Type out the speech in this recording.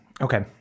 Okay